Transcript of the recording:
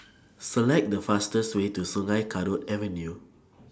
Select The fastest Way to Sungei Kadut Avenue